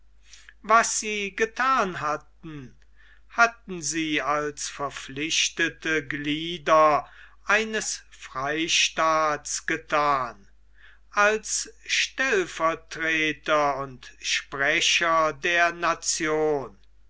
was sie gethan hatten hatten sie als verpflichtete glieder eines freistaats gethan als stellvertreter und sprecher der nation